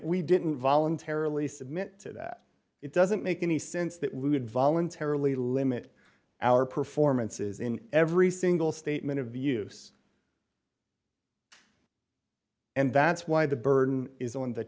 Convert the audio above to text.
we didn't voluntarily submit to that it doesn't make any sense that we would voluntarily limit our performances in every single statement of use and that's why the burden is on the